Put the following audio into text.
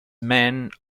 man